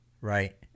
Right